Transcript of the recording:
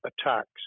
attacks